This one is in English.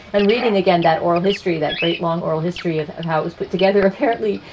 and reading, again, that oral history, that great long oral history of of how it was put together. apparently,